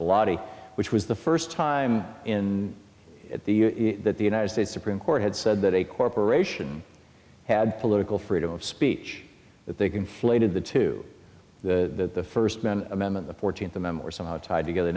bloddy which was the first time in the that the united states supreme court had said that a corporation had political freedom of speech that they conflated the two the first amendment the fourteenth amendment or somehow tied together